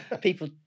People